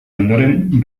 ondoren